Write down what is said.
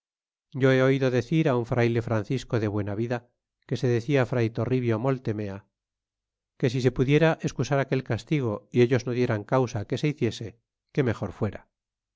yo he oido decir un frayle francisco de buena vida que se decía fray torribio motelmea que si se pudiera escusar aquel castigo y ellos no dieran causa que se hiciese que mejor fuera